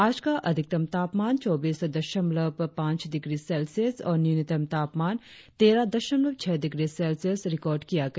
आज का अधिकतम तापमान चौबीस दशमलव पांच डिग्री सेल्सियस और न्यूनतम तापमान तेरह दशमलव छह डिग्री सेल्सियस रिकार्ड किया गया